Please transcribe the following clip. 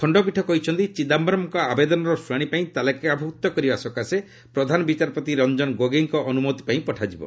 ଖଣ୍ଡପୀଠ କହିଛନ୍ତି ଚିଦାମ୍ଘରମ୍ଙ୍କ ଆବେଦନର ଶୁଣାଣିପାଇଁ ତାଲିକାଭୁକ୍ତ କରିବା ସକାଶେ ପ୍ରଧାନ ବିଚାରପତି ରଞ୍ଜନ୍ ଗୋଗୋଇଙ୍କ ଅନୁମତି ପାଇଁ ପଠାଯିବ